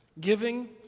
giving